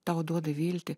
tau duoda viltį